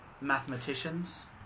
Mathematicians